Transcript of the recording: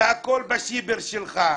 הכול בשיבר שלך.